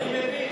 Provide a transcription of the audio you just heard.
אני מבין.